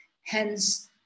Hence